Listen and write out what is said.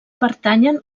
pertanyen